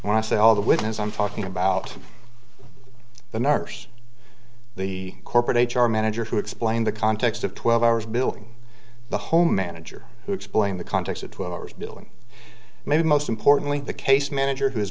when i say all the witness i'm talking about the nurse the corporate h r manager who explained the context of twelve hours building the home manager who explained the context of twelve hours bill and maybe most importantly the case manager who is